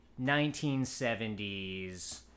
1970s